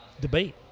Debate